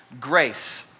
grace